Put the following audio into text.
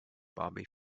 bobby